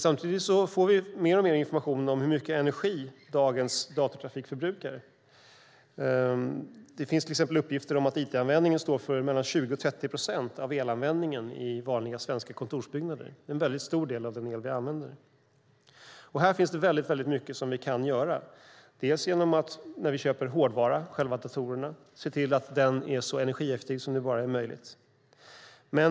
Samtidigt får vi mer och mer information om hur mycket energi dagens datatrafik förbrukar. Det finns till exempel uppgifter om att it-användningen står för mellan 20 och 30 procent av elanvändningen i vanliga svenska kontorsbyggnader. Det är en väldigt stor del av den el vi använder. Här finns det väldigt mycket vi kan göra. När vi köper hårdvara, alltså själva datorerna, kan vi se till att den är så energieffektiv som det bara är möjligt.